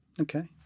Okay